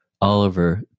Oliver